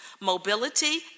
mobility